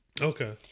Okay